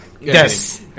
Yes